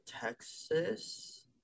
Texas